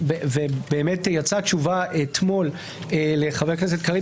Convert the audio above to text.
אתמול יצאה תשובה לחבר הכנסת קריב,